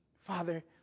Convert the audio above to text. Father